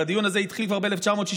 הרי הדיון הזה התחיל כבר ב-1962.